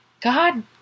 God